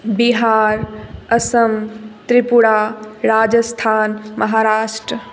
Bihar Assam Tripura Rajasthan Maharashtra